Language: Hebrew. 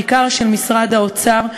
בעיקר של משרד האוצר.